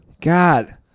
God